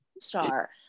Star